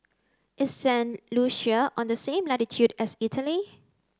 is Saint Lucia on the same latitude as Italy